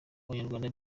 abanyarwanda